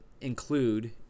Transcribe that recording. include